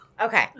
Okay